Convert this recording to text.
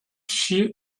she